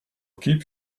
keep